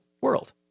world